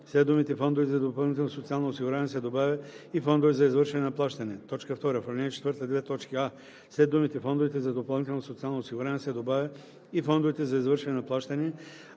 след думите „фондове за допълнително социално осигуряване“ се добавя „и фондове за извършване на плащания“. 2. В ал. 4: а) след думите „фондовете за допълнително социално осигуряване“ се добавя „и фондовете за извършване на плащания“,